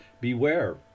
Beware